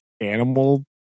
animal